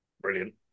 Brilliant